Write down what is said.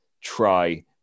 try